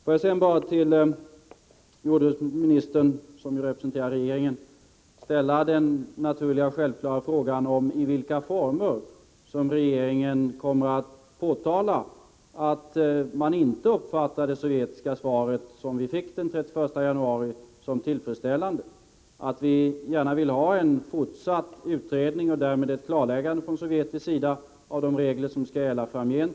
Får jag sedan bara till jordbruksministern, som representerar regeringen, ställa den naturliga och självklara frågan: I vilka former kommer regeringen att påtala att man inte uppfattade det sovjetiska svar som vi fick den 31 januari som tillfredsställande och att vi gärna vill ha en fortsatt utredning och därmed ett klarläggande från sovjetisk sida av de regler som skall gälla framgent?